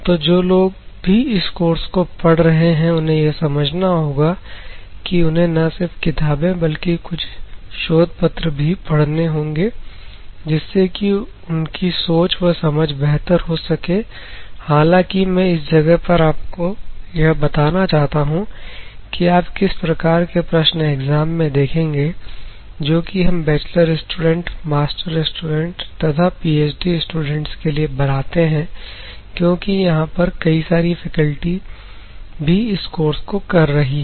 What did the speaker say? तो जो लोग भी इस कोर्स को पढ़ रहे हैं उन्हें यह समझना होगा कि उन्हें न सिर्फ किताबें बल्कि कुछ शोध पत्र भी पढ़ने होंगे जिससे कि उनकी सोच एवं समझ बेहतर हो सके हालांकि मैं इस जगह पर अब आपको यह बताना चाहता हूं कि आप किस प्रकार के प्रश्न एग्जाम में देखेंगे जो कि हम बैचलर स्टूडेंट मास्टर स्टूडेंट्स तथा पीएचडी स्टूडेंट्स के लिए बनाते हैं क्योंकि यहां पर कई सारी फैकल्टीज भी इस कोर्स को कर रही हैं